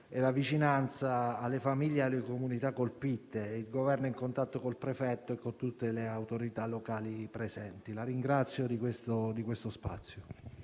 e la vicinanza alle famiglie e alle comunità colpite. Il Governo è in contatto col prefetto e con tutte le autorità locali presenti. La ringrazio di questo spazio.